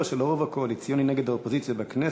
של הרוב הקואליציוני נגד האופוזיציה בכנסת.